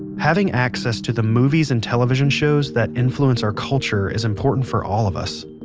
having access to the movies and television shows that influence our culture is important for all of us.